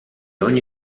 ogni